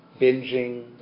binging